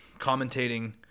commentating